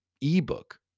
ebook